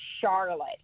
Charlotte